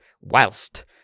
whilst